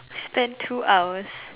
spent two hours